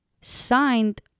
signed